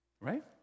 right